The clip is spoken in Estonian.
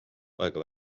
aega